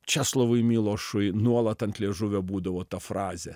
česlovui milošui nuolat ant liežuvio būdavo ta frazė